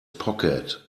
pocket